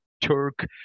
Turk